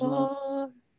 Lord